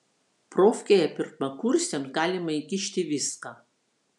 profkėje pirmakursiams galima įkišti viską